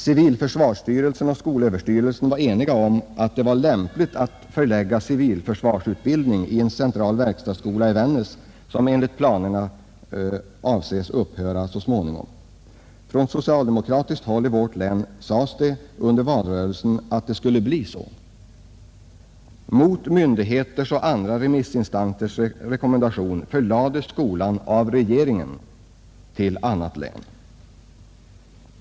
Civilförsvarsstyrelsen och skolöverstyrelsen var eniga om att det var lämpligt att förlägga civilförsvarsutbildning till en central verkstadsskola i Vännäs som enligt planerna så småningom skall upphöra. Från socialdemokratiskt håll i vårt län sades det under valrörelsen att det skulle bli så. Mot myndigheters och andra remissinstansers rekommendation förlades skolan av regeringen till annat län.